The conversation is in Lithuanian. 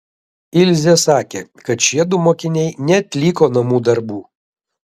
ilzė sakė kad šiedu mokiniai neatliko namų darbų